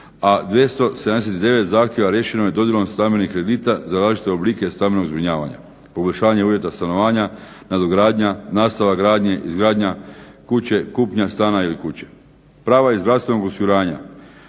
a 279 zahtjeva riješeno je dodjelom stambenih kredita za različite oblike stambenog zbrinjavanja, poboljšanja uvjeta stanovanja, nadogradnja, nastavak gradnje, izgradnja kuće, kupnja stana ili kuće. Prava iz zdravstvenog osiguranja